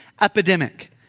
epidemic